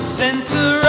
center